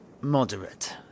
moderate